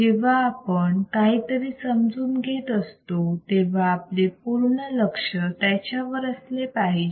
जेव्हा आपण काहीतरी समजून घेत असतो तेव्हा आपले पूर्ण लक्ष त्याच्यावर असले पाहिजे